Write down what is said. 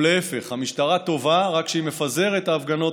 או להפך: המשטרה טובה רק כשהיא מפזרת את ההפגנות